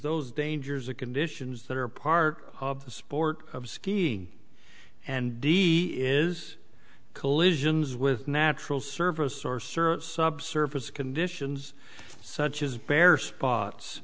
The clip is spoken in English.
those dangers of conditions that are part of the sport of skiing and d d is collisions with natural service or search subsurface conditions such as bare spots